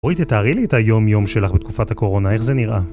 אוי, תתארי לי את היומיום שלך בתקופת הקורונה, איך זה נראה?